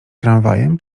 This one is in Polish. tramwajem